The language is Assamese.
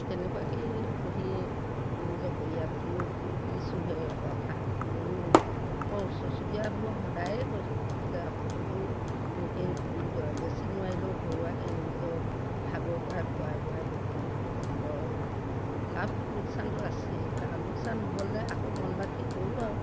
তেনেকুৱাকৈ পুহি নিজৰ পৰিয়ালটোকো দিছোঁহে সহকাহ ময়ো মই ওচৰ চুবুৰীয়াবোৰক সদায়ে কৈ থাকোঁ যে আপোনালোকেও এনেকৈ বেছি নোৱাৰিলেও ঘৰুৱাকৈ নিজৰ ভাগৰপৰা খোৱাই বোৱাই পোহক কৰক লাভটো লোকচানটো আছেই লোকচান হ'লে আকৌ মন বান্ধি কৰোঁ আৰু